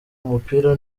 umupira